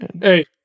hey